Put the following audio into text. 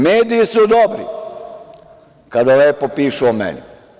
Mediji su dobri kada lepo pišu o meni.